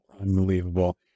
Unbelievable